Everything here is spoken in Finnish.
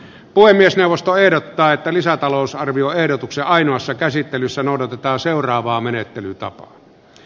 puhemiesneuvosto ehdottaa että lisätalousarvioehdotuksen ainoassa käsittelyssä noudatetaan seuraavaa menettelytapaa